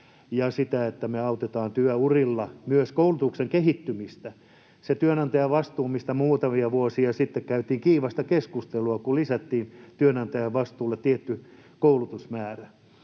ja sitä, että me autetaan myös työ-urilla koulutuksen kehittymistä. Sitä työnantajan vastuuta, mistä muutamia vuosia sitten käytiin kiivasta keskustelua, kun lisättiin työnantajan vastuulle tietty koulutusmäärä,